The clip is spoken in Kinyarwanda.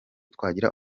twagira